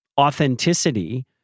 authenticity